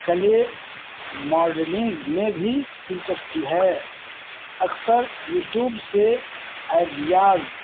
clay modelling میں بھی دلچسپی ہے اکثر یوٹیوب سے آئیڈیاز